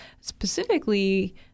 specifically